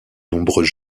nombreux